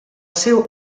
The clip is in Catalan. seu